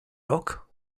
rok